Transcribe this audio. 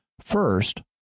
First